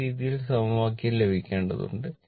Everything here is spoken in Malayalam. ഈ രീതിയിൽ സമവാക്യം ലഭിക്കേണ്ടതുണ്ട്